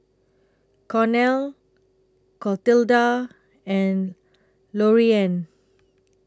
Cornel Clotilda and Loriann